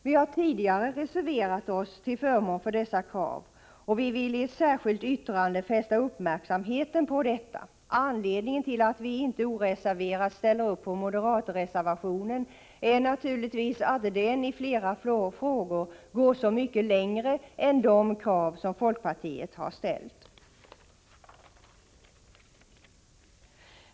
Vi har tidigare reserverat oss till förmån för dessa krav och vill i ett särskilt yttrande fästa uppmärksamheten på detta. Anledningen till att vi inte oreserverat ställer upp på moderatreservationen är naturligtvis att den i flera frågor går så mycket längre än de krav som folkpartiet har ställt.